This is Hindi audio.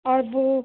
और वो